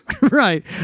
Right